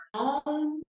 home